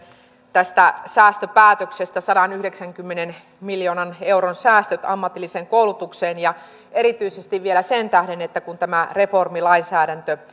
tästä säästöpäätöksestä sadanyhdeksänkymmenen miljoonan euron säästöt ammatilliseen koulutukseen ja erityisesti vielä sen tähden että kun tämä reformilainsäädäntö